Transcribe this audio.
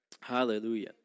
Hallelujah